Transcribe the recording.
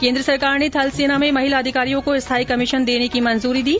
केन्द्र सरकार ने थल सेना में महिला अधिकारियों को स्थायी कमीशन देने की मंजूरी दी